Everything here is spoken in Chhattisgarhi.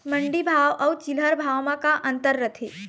मंडी भाव अउ चिल्हर भाव म का अंतर रथे?